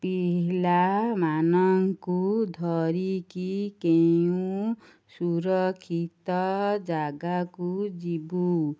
ପିିଲାମାନଙ୍କୁ ଧରିକି କେଉଁ ସୁରକ୍ଷିତ ଜାଗାକୁ ଯିବୁ